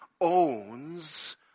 owns